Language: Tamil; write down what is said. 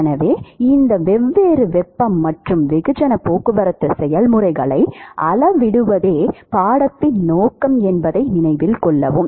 எனவே இந்த வெவ்வேறு வெப்பம் மற்றும் வெகுஜன போக்குவரத்து செயல்முறைகளை அளவிடுவதே பாடத்தின் நோக்கம் என்பதை நினைவில் கொள்ளவும்